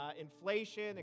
Inflation